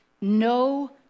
no